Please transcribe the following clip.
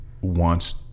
wants